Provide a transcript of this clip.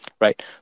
right